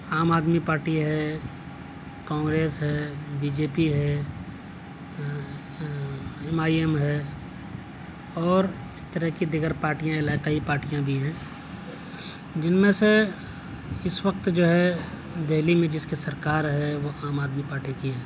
عام آدمی پارٹی ہے کانگریس ہے بی جے پی ہے ایم آئی ایم ہے اور اس طرح کی دیگر پارٹیاں علاقائی پارٹیاں بھی ہیں جن میں سے اس وقت جو ہے دہلی میں جس کی سرکار ہے وہ عام آدمی پارٹی کی ہے